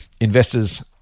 investors